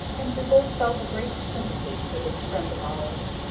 and we both felt a great sympathy for this friend of ours,